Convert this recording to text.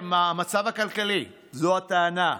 המצב הכלכלי, זו הטענה.